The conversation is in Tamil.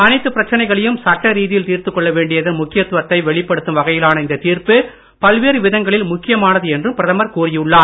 எல்லாப் பிரச்சனைகளையும் சட்ட ரீதியில் தீர்த்துக்கொள்ள வேண்டியதன் முக்கியத்துவத்தை வெளிப்படுத்தும் வகையிலான இந்த தீர்ப்பு பல்வேறு விதங்களில் முக்கியமானது என்றும் பிரதமர் கூறியுள்ளார்